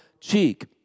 cheek